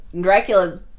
Dracula's